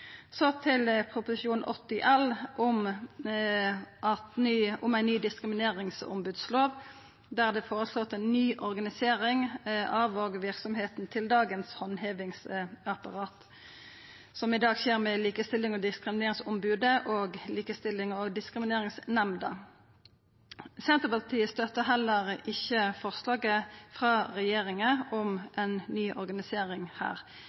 Så til Prop. 80 L om ei ny diskrimineringsombodslov, der det er føreslått ei ny organisering av verksemda til handhevingsapparatet, som i dag skjer ved Likestillings- og diskrimineringsombodet og Likestillings- og diskrimineringsnemnda. Senterpartiet støttar ikkje forslaget frå regjeringa om ei ny organisering her.